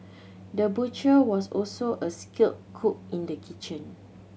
the butcher was also a skilled cook in the kitchen